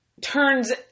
turns